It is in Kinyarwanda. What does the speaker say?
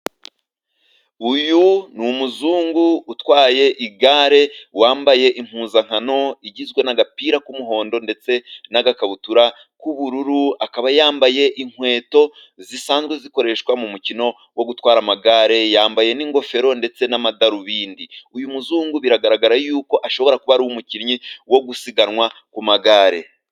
Uyu ni umuzungu utwaye igare, wambaye impuzankano igizwe n'agapira k'umuhondo, ndetse n'agakabutura k'ubururu, akaba yambaye inkweto zisanzwe zikoreshwa mu mukino wo gutwara amagare, yambaye n'ingofero ndetse n'amadarubindi, uyu muzungu biragaragara yuko ashobora kuba ari umukinnyi wo gusiganwa ku magare.